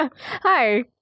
Hi